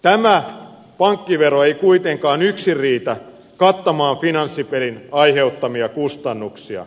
tämä pankkivero ei kuitenkaan yksin riitä kattamaan finanssipelin aiheuttamia kustannuksia